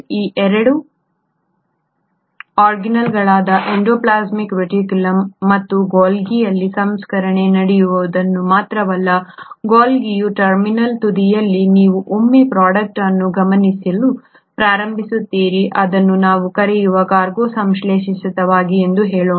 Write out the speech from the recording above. ಈ 2 ಆರ್ಗಾನ್ಯಿಲ್ಗಳಾದ endoplasmic reticulum ಮತ್ತು ಗಾಲ್ಗಿ ಅಲ್ಲಿ ಸಂಸ್ಕರಣೆ ನಡೆಯುವುದು ಮಾತ್ರವಲ್ಲ ಗಾಲ್ಗಿಯ ಟರ್ಮಿನಲ್ ತುದಿಯಲ್ಲಿ ನೀವು ಒಮ್ಮೆ ಪ್ರೊಡಕ್ಟ್ ಅನ್ನು ಗಮನಿಸಲು ಪ್ರಾರಂಭಿಸುತ್ತೀರಿ ಅದನ್ನು ನಾವು ಕರೆಯುವ ಕಾರ್ಗೋ ಸಂಶ್ಲೇಷಿತವಾಗಿದೆ ಎಂದು ಹೇಳೋಣ